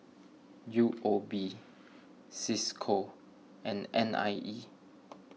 U O B Cisco and N I E